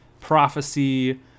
prophecy